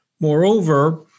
Moreover